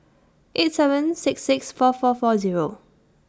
eight seven six six four four four Zero